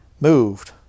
moved